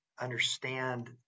understand